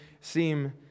seem